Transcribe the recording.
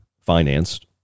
financed